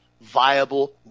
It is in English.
viable